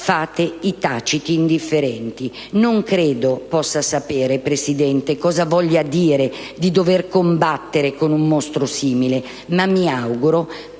fate i taciti indifferenti. (...) Non credo possa sapere cosa voglia dire dover combattere con un mostro simile, ma mi auguro